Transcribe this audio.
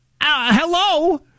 Hello